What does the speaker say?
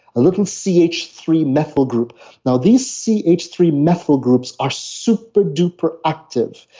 a little c h three methyl group now, these c h three, methyl groups are super-duper active.